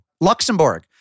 Luxembourg